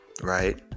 right